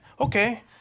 okay